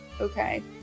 Okay